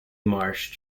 marsh